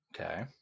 Okay